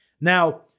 Now